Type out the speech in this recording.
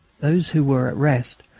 those who were at rest,